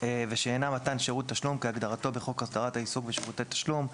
"ושאינה מתן שירות תשלום כהגדרתו בחוק הסדרת העיסוק בשירותי תשלום".